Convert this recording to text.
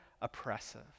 oppressive